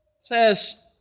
says